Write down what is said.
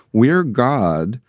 we're god,